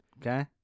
Okay